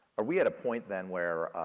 are we at a point then where,